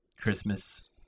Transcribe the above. Christmas